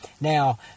Now